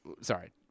sorry